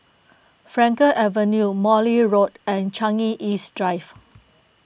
Frankel Avenue Morley Road and Changi East Drive